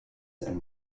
and